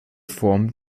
form